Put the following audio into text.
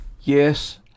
Yes